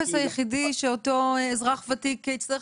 אולי הטופס היחידי שאותו האזרח ותיק צריך